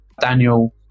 Daniel